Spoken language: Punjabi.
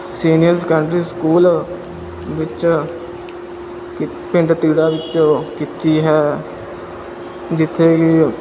ਸੀਨੀਅਰ ਸੈਕੰਡਰੀ ਸਕੂਲ ਵਿੱਚ ਕੀ ਪਿੰਡ ਤੀੜਾ ਵਿੱਚੋਂ ਕੀਤੀ ਹੈ ਜਿੱਥੇ ਕਿ